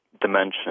dimension